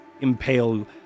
impale